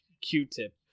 Q-Tip